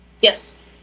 Yes